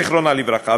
זיכרונה לברכה,